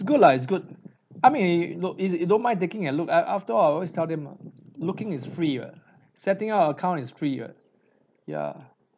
good lah it's good I mean you you look if you don't mind taking a look ah after all I always tell them ah looking is free ah setting up an account is free ah ya